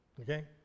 Okay